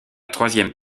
troisième